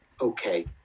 okay